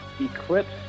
Eclipse